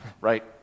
right